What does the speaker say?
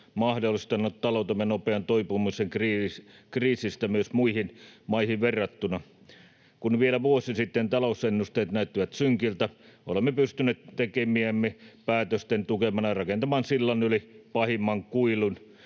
mahdollistaneet taloutemme nopean toipumisen kriisistä myös muihin maihin verrattuna. Kun vielä vuosi sitten talousennusteet näyttivät synkiltä, olemme pystyneet tekemiemme päätösten tukemana rakentamaan sillan yli pahimman kuilun.